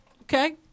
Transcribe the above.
Okay